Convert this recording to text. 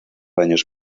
años